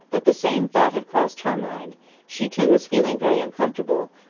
that the same thought had crossed her mind she too was feeling very uncomfortable,